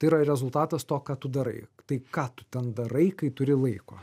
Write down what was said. tai yra rezultatas to ką tu darai tai ką tu ten darai kai turi laiko